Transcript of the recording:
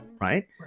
right